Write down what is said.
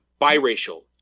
biracial